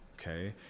okay